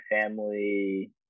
family